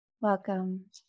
Welcome